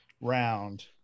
round